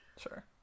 Sure